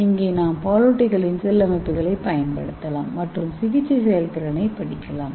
இங்கே நாம் பாலூட்டிகளின் செல் அமைப்புகளைப் பயன்படுத்தலாம் மற்றும் சிகிச்சை செயல்திறனைப் படிக்கலாம்